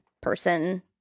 person